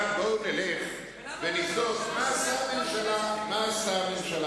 עכשיו בואו נלך ונבדוק מה עשתה הממשלה הזאת.